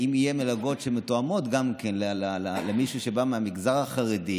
אם יהיו מלגות שמתאימות גם למישהו שבא מהמגזר החרדי,